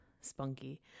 spunky